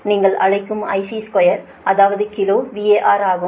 நீங்கள் அழைக்கும் IC2 அது கிலோ VAR ஆகும்